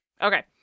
Okay